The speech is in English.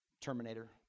Terminator